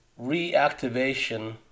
reactivation